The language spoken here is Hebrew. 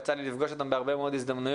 יצא לי לפגוש אותם בהרבה מאוד הזדמנויות